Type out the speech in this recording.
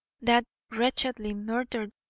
that wretchedly murdered,